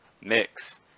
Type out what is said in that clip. mix